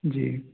जी